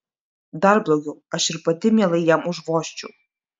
dar blogiau aš ir pati mielai jam užvožčiau